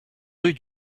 rue